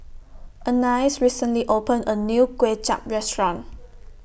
Anais recently opened A New Kway Chap Restaurant